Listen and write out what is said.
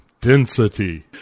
density